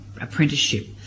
apprenticeship